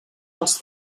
els